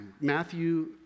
Matthew